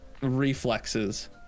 Reflexes